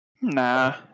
Nah